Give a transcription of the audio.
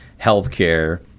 healthcare